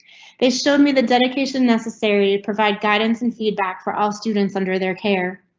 they showed me the dedication necessary to provide guidance and feedback for all students under their care.